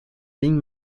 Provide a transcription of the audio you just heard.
ligne